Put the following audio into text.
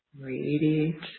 Radiate